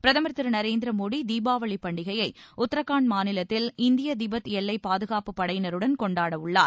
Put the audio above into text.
பிரதமர் திரு நரேந்திர மோடி தீபாவளி பண்டிகையை உத்திரகான்ட் மாநிலத்தில் இந்திய திபெத் எல்லை பாதுகாப்புப் படையினருடன் கொண்டாட உள்ளார்